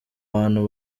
bantu